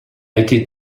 été